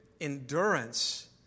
endurance